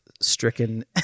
stricken